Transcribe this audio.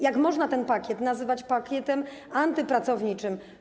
Jak można ten pakiet nazywać pakietem antypracowniczym?